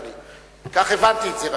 כך הבנתי את זה.